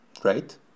great